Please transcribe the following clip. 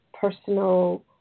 personal